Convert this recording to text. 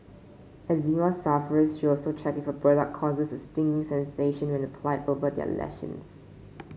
eczema sufferers should also check if a product causes a stinging sensation when applied over their lesions